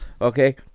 okay